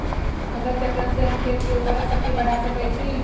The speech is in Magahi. फसल चक्रण से हम खेत के उर्वरक शक्ति बढ़ा सकैछि?